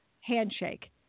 handshake